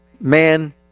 man